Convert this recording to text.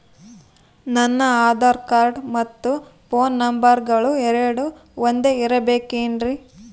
ನನ್ನ ಆಧಾರ್ ಕಾರ್ಡ್ ಮತ್ತ ಪೋನ್ ನಂಬರಗಳು ಎರಡು ಒಂದೆ ಇರಬೇಕಿನ್ರಿ?